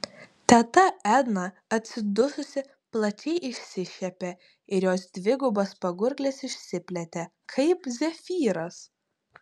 teta edna atsidususi plačiai išsišiepė ir jos dvigubas pagurklis išsiplėtė kaip zefyras